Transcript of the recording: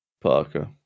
Parker